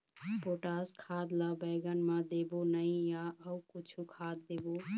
Potash खाद ला बैंगन मे देबो नई या अऊ कुछू खाद देबो?